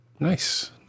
Nice